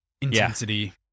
Intensity